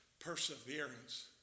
perseverance